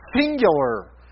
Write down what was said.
singular